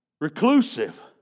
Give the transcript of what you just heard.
reclusive